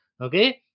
Okay